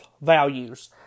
values